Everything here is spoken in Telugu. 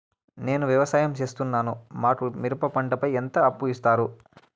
నేను వ్యవసాయం సేస్తున్నాను, మాకు మిరప పంటపై ఎంత అప్పు ఇస్తారు